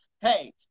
Hey